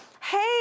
hey